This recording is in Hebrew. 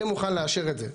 יהיה מוכן לאשר את זה,